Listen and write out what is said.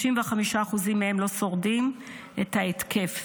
95% מהם לא שורדים את ההתקף.